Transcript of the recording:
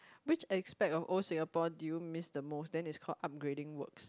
which aspect of old Singapore do you miss the most then it's called upgrading works